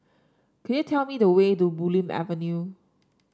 could you tell me the way to Bulim Avenue